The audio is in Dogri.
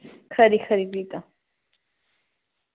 खरी खरी भी तां